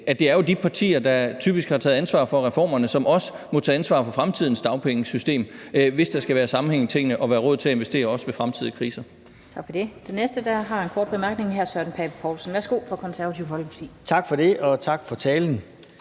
at det er de partier, der typisk har taget ansvar for reformerne, som også må tage ansvar for fremtidens dagpengesystem, hvis der skal være sammenhæng i tingene og være råd til at investere også ved fremtidige kriser.